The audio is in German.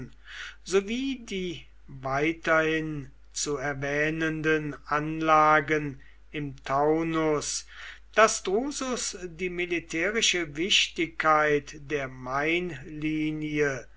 sowie die weiterhin zu erwähnenden anlagen im taunus daß drusus die militärische wichtigkeit der